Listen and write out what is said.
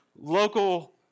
local